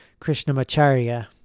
Krishnamacharya